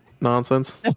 nonsense